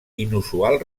inusual